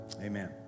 Amen